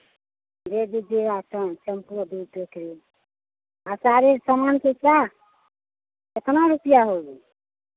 दे दीजिएगा चम् चम्पो दो टोकरी आ सारे सामान का क्या कितना रुपैया होगा